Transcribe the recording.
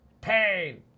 pain